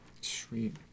Sweet